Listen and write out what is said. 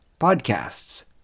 podcasts